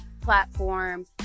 platform